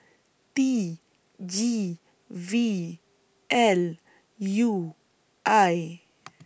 T G V L U I